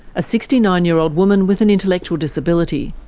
a sixty nine year old woman with an intellectual disability.